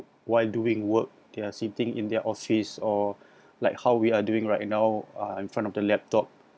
while doing work they are sitting in their office or like how we are doing right now uh in front of the laptop